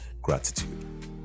Gratitude